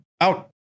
out